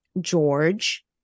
George